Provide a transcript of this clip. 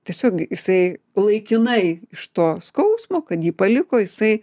tiesiog jisai laikinai iš to skausmo kad jį paliko jisai